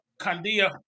Kandia